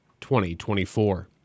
2024